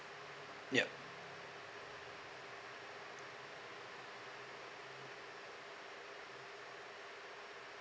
yup